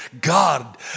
God